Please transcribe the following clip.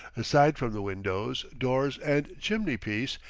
aside from the windows, doors and chimney-piece,